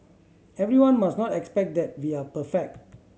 everyone must not expect that we are perfect